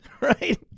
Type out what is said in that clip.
right